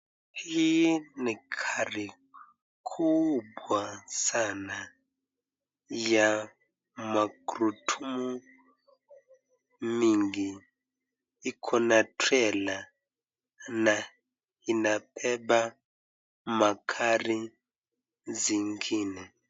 Hii ni gari kubwa sana ya magurudumu mingi. Ikona trela na inabeba magari zingine.